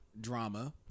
drama